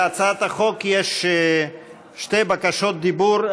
להצעת החוק יש שתי בקשות דיבור.